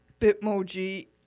Bitmoji